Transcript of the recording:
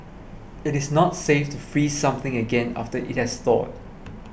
it is not safe to freeze something again after it has thawed